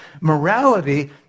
Morality